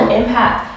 impact